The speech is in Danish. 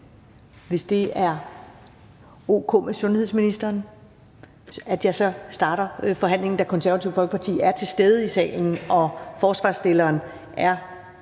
hvis det er ok med sundhedsministeren, starter jeg så forhandlingen, da Konservative Folkeparti er til stede i salen og ordføreren for